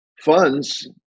funds